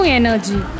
energy